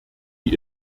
die